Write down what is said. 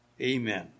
Amen